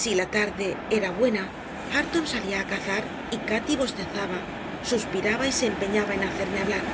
si la tarde era buena hareton salía a cazar y cati bostezaba suspiraba y se empeñaba en hacerme hablar